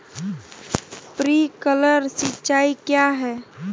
Sprinkler सिंचाई क्या है?